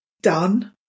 done